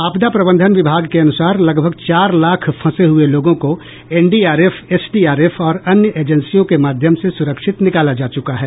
आपदा प्रबंधन विभाग के अनुसार लगभग चार लाख फंसे हुए लोगों को एनडीआरएफ एसडीआरएफ और अन्य एजेंसियों के माध्यम से सुरक्षित निकाला जा चुका है